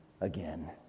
again